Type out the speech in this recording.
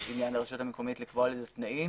יש עניין לרשות המקומית לקבוע לזה תנאים,